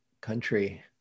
country